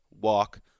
walk